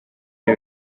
bye